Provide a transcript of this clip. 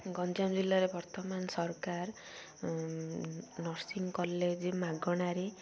ଗଞ୍ଜାମ ଜିଲ୍ଲାରେ ବର୍ତ୍ତମାନ ସରକାର ନର୍ସିଂ କଲେଜ୍ ମାଗଣାରେ